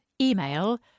Email